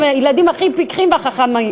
הם הילדים הכי פיקחים וחכמים.